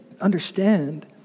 understand